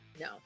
No